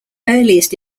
earliest